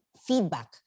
feedback